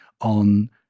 on